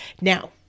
Now